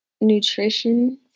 nutrition